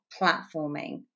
platforming